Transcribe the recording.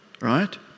right